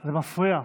זה מפריע.